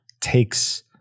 takes